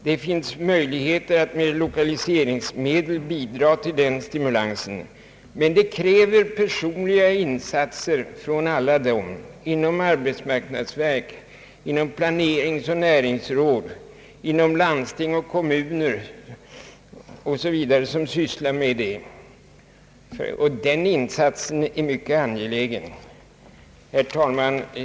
Det finns möjlighet att med lokaliseringsmedel bidra till den stimulansen, men detta kräver personliga insatser från alla dem inom arbetsmarknadsverk, inom = planeringsoch näringsråd, inom landsting och kommuner osv. som sysslar med dessa ting. Den insatsen är mycket angelägen.